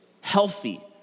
Healthy